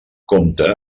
compta